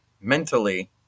mentally